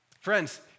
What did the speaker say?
Friends